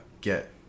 get